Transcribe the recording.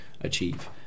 achieve